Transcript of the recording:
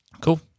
Cool